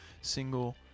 single